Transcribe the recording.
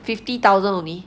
fifty thousand only